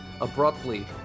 abruptly